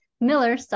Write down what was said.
Miller